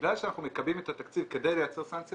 שבגלל שאנחנו מקבעים את התקציב כדי לייצר סנקציה